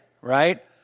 right